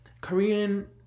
Korean